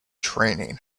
training